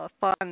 fun